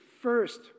first